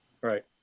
Right